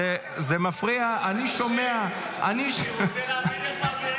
אני רוצה ללמוד איך מעבירים חוק בלי האוצר,